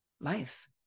life